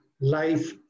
life